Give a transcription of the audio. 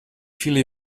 viele